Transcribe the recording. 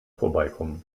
vorbeikommen